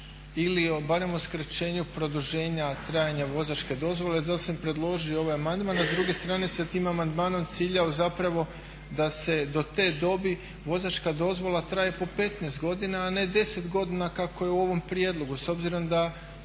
ili barem o skraćenju produženja trajanja vozačke dozvole. Zato sam i predložio ovaj amandman. A s druge strane sam tim amandmanom ciljao zapravo da se do te dobi vozačka dozvola traje po 15 godina a ne 10 godina kako je u ovom prijedlogu. S obzirom da